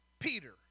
Peter